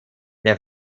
der